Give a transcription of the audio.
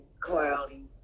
cloudy